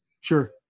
Sure